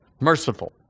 merciful